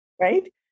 Right